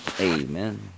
Amen